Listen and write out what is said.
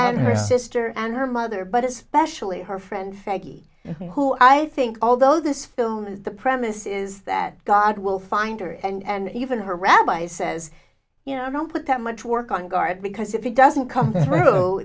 and her sister and her mother but especially her friend frankie who i think although this film the premise is that god will find her and even her rabbi says you know i don't put that much work on guard because if it doesn't come through